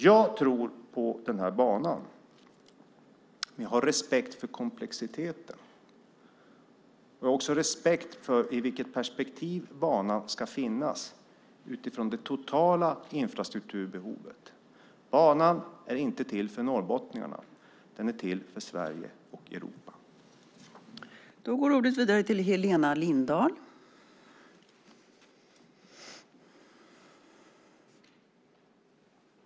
Jag tror på den här banan. Men jag har respekt för komplexiteten. Jag har också respekt för i vilket perspektiv banan ska finnas, utifrån det totala infrastrukturbehovet. Banan är inte till för norrbottningarna. Den är till för Sverige och Europa.